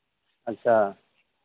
अच्छा